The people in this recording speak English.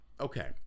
okay